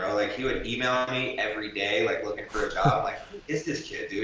um like, he would email me everyday like looking for a job, like who is this kid, dude?